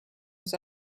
was